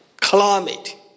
climate